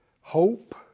hope